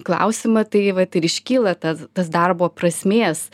klausimą tai vat ir iškyla tas tas darbo prasmės